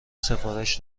سفارش